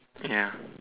ya